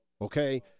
okay